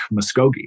muskogee